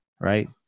Right